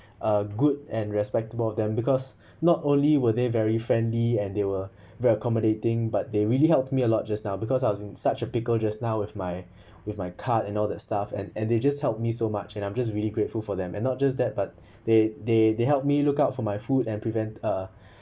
a good and respectable of them because not only were they very friendly and they were well accommodating but they really helped me a lot just now because I was in such a pickle just now with my with my card and all that stuff and and they just helped me so much and I'm just really grateful for them and not just that but they they they help me lookout for my food and prevent uh